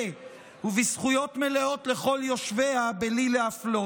ובזכויות מלאות לכל יושביה בלי להפלות".